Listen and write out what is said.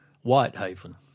Whitehaven